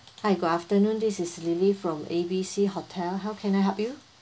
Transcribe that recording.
hi good afternoon this is lily from A B C hotel how can I help you